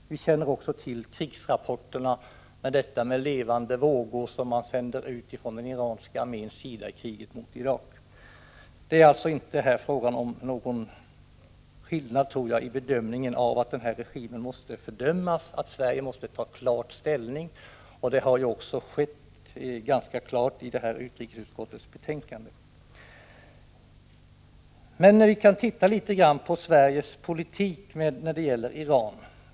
Vi känner även till krigsrapporterna — detta med levande vågor som man sänder ut från den iranska arméns sida i kriget mot Irak. Jag tror alltså inte att det här är fråga om någon skillnad i bedömningen — att denna regim måste fördömas, att Sverige klart måste ta ställning. Det har ju också skett ganska klart i utrikesutskottets betänkande. Men vi kan se litet på Sveriges politik när det gäller Iran.